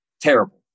terrible